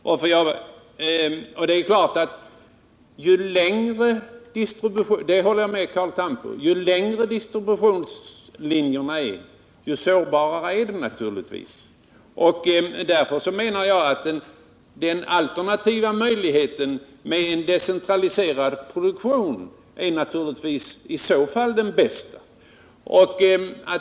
Och ju längre distributionslinjerna är, desto sårbarare är de naturligtvis, det håller jag med Carl Tham om. Därför menar jag att den alternativa möjligheten att ha en decentraliserad produktion är den bästa.